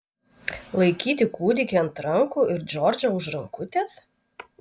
laikyti kūdikį ant rankų ir džordžą už rankutės